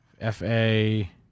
F-A